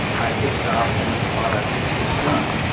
hit stop and the product is done.